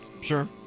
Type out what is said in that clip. Sure